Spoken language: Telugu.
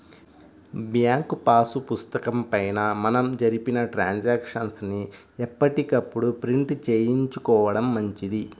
బ్యాంకు పాసు పుస్తకం పైన మనం జరిపిన ట్రాన్సాక్షన్స్ ని ఎప్పటికప్పుడు ప్రింట్ చేయించుకోడం మంచిది